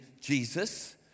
Jesus